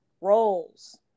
roles